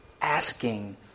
Asking